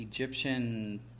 Egyptian